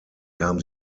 kam